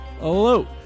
Hello